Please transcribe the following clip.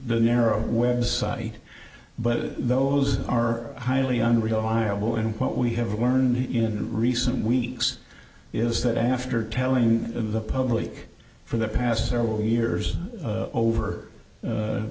the narrow website but those are highly unreliable and what we have learned in recent weeks is that after telling the public for the past several years over